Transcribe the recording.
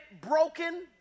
broken